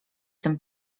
tym